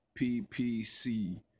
PPC